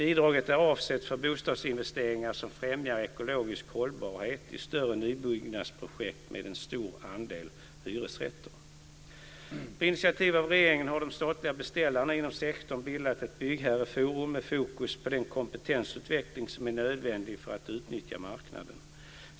Bidraget är avsett för bostadsinvesteringar som främjar ekologisk hållbarhet i större nybyggnadsprojekt med stor andel hyresrätter.